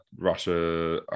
Russia